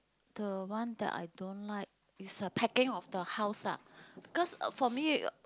the one that I don't like is the packing of the house lah cause uh for me uh